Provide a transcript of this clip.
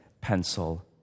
pencil